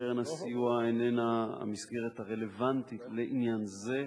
קרן הסיוע איננה המסגרת הרלוונטית לעניין זה.